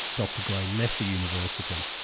dr gray left the university.